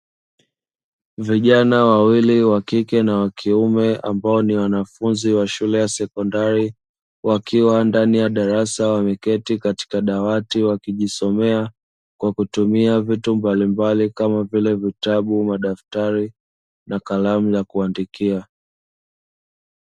Vijana wawili wa kike na wa kiume ambao ni wanafunzi wa shule ya sekondari wakiwa ndani ya darasa wameketi katika dawati, wakijisomea kwa kutumia vitu mbalimbali kama vile: vitabu, madaftari na kalamu za kuandikia.